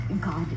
God